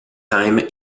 time